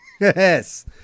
Yes